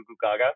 gaga